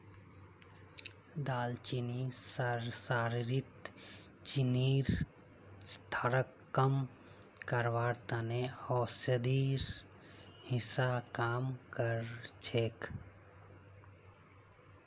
दालचीनी शरीरत चीनीर स्तरक कम करवार त न औषधिर हिस्सा काम कर छेक